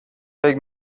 فکر